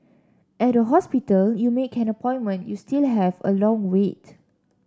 at a hospital you make an appointment you still have a long wait